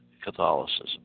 Catholicism